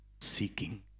seeking